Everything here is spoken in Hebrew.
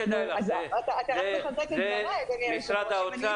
אתה רק מחזק את דבריי, אדוני היושב-ראש.